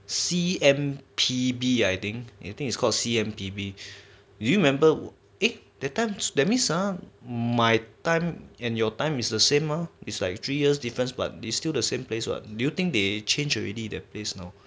C_M_P_B I think I think it's called C_M_P_B do you remember eh that time that means ah my time and your time is the same mah is like three years difference but they still the same place what do you think they change already that place now